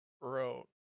bro